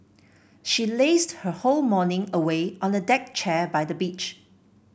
she lazed her whole morning away on a deck chair by the beach